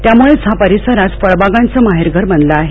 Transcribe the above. त्यामुळेच हा परिसर आज फळबागांचे माहेरघर बनला आहे